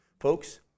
Folks